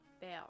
fail